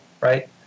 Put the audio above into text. right